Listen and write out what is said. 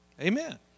Amen